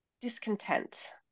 discontent